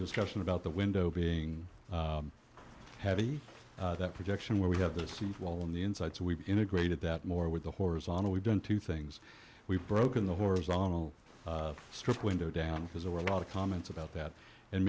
discussion about the window being heavy that projection where we have the same wall on the inside so we've integrated that more with the horizontal we've done two things we've broken the horizontal strip window down because there were a lot of comments about that and